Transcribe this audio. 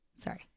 Sorry